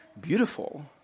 beautiful